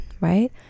right